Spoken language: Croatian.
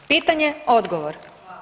Pitanje, odgovor.